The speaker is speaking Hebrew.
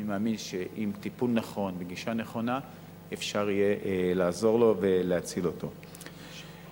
אני מאמין שעם טיפול נכון ועם גישה נכונה אפשר להציל אותו ולעזור לו.